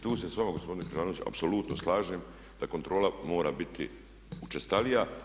Tu se s vama gospodine apsolutno slažem da kontrola mora biti učestalija.